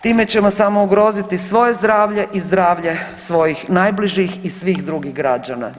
Time ćemo samo ugroziti svoje zdravlje i zdravlje svojih najbližih i svih drugih građana.